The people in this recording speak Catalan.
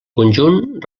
conjunt